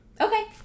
Okay